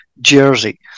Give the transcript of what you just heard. jersey